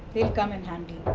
they will come in handy.